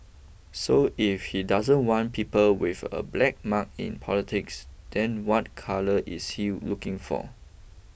so if he doesn't want people with a black mark in politics then what colour is he looking for